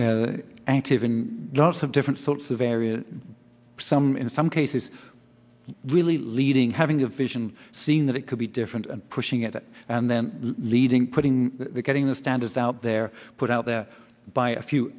active in lots of different sorts of areas some in some cases really leading having a vision seeing that it could be different and pushing it and then leading putting getting the standards out there put out there by a few